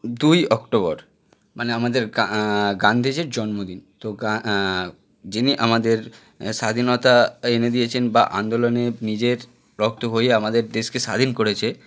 দুই অক্টোবর মানে আমাদের কা গান্ধীজির জন্মদিন তো গা যিনি আমাদের স্বাধীনতা এনে দিয়েছেন বা আন্দোলনে নিজের রক্ত বইয়ে আমাদের দেশকে স্বাধীন করেছে